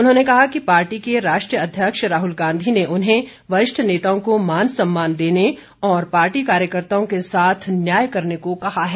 उन्होंने कहा कि पार्टी के राष्ट्रीय अध्यक्ष राहुल गांधी ने उन्हें वरिष्ठ नेताओं को मान सम्मान देने और पार्टी कार्यकर्ताओं के साथ न्याय करने को कहा है